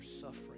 suffering